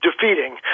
defeating